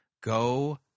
Go